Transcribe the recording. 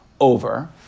over